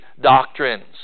doctrines